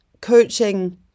coaching